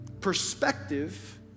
perspective